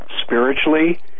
spiritually